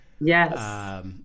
Yes